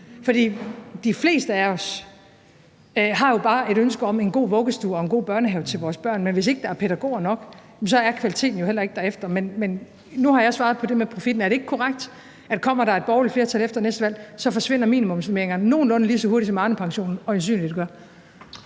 fleste af os har jo bare et ønske om en god vuggestue og en god børnehave til vores børn, men hvis ikke der er pædagoger nok, er kvaliteten jo heller ikke derefter. Nu har jeg svaret på det med profitten. Men er det ikke korrekt, at kommer der et borgerligt flertal efter næste valg, forsvinder minimumsnormeringerne, nogenlunde lige så hurtigt som Arnepensionen øjensynligt gør?